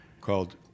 called